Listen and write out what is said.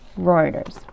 Reuters